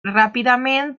ràpidament